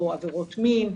או עבירות מין,